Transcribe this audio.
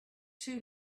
too